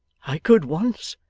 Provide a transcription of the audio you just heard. i could once,